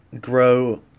grow